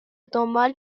دنبال